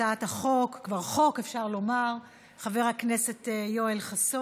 הצעת החוק אפשר לומר כבר חוק,